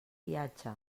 viatge